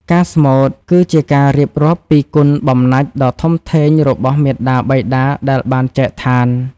ការស្មូត គឺជាការរៀបរាប់ពីគុណបំណាច់ដ៏ធំធេងរបស់មាតាបិតាដែលបានចែកឋាន។